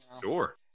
Sure